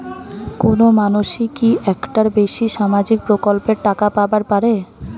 কোনো মানসি কি একটার বেশি সামাজিক প্রকল্পের টাকা পাবার পারে?